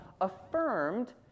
affirmed